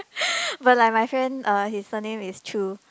but like my friend uh his surname is Chu